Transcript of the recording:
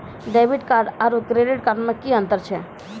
Debit card आरू credit card मे कि अन्तर छैक?